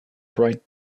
bright